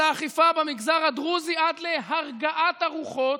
האכיפה במגזר הדרוזי עד להרגעת הרוחות.